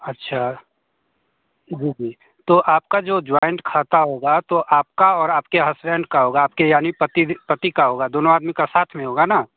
अच्छा जी जी तो आपका जो जॉइंट खाता होगा तो आपका और आपके हस्बैंड का होगा आपके यानी पति पती का होगा दोनों आदमी का साथ में होगा ना